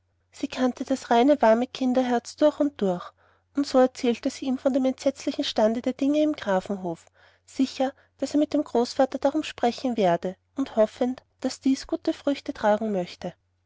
sie kannte das reine warme kinderherz durch und durch und so erzählte sie ihm von dem entsetzlichen stande der dinge im grafenhof sicher daß er mit dem großvater davon sprechen werde und hoffend daß dies gute früchte tragen möchte